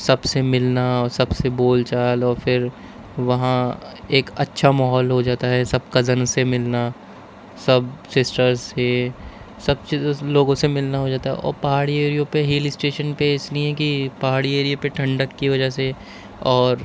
سب سے ملنا اور سب سے بول چال اور پھر وہاں ایک اچھا ماحول ہو جاتا ہے سب کزن سے ملنا سب سسٹرس سے سب چیزوں سے لوگوں سے ملنا ہوجاتا ہے اور پہاڑی ایریوں پہ ہل اسٹیشن پہ اس لیے کہ پہاڑی ایرئے پہ ٹھنڈک کی وجہ سے اور